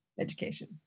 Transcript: education